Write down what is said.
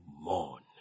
mourn